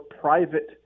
private